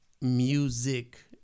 music